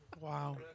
Wow